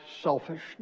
selfishness